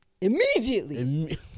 Immediately